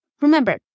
Remember